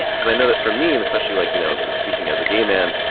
yeah because i know that for me and especially like, you know, speaking as a gay man,